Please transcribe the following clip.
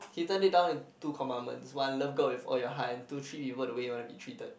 he turned it down in two commandments one love God with all your heart and two treat people the way you want to be treated